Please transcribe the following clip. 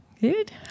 Good